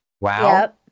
Wow